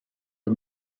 are